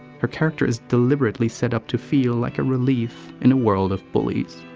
her character is deliberately set up to feel like a relief in a world of bullies.